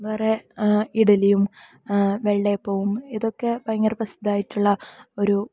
വേറെ ഇഡ്ലിയും വെള്ള അപ്പവും ഇതൊക്കെ ഭയങ്കര പ്രസിദ്ധമായിട്ടുള്ള